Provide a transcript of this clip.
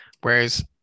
whereas